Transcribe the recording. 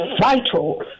vital